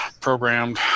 programmed